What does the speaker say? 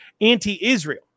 anti-Israel